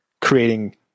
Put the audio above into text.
creating